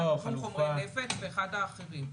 עם ידע בתחום חומרי נפץ ואחד האחרים.